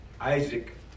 Isaac